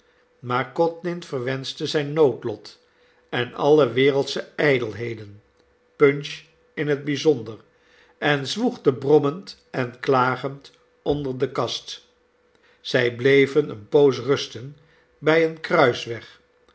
maar codlin verwenschte zijn noodlot en alle wereldsche ijdelheden p u n c h in het bijzonder en zwoegde brommend en klagend onder de kast zij bleven eene poos rusten bij een kruisweg